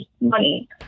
money